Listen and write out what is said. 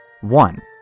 one